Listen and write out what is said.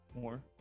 More